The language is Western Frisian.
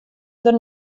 der